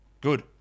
Good